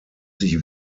sich